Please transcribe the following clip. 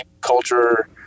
culture